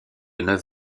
neuf